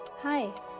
hi